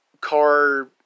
car